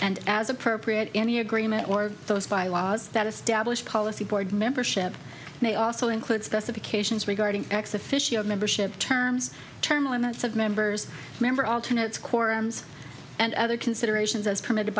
and as appropriate any agreement or those bylaws that establish policy board membership may also include specifications regarding ex officio membership terms term limits of members member alternate quorums and other considerations as permitted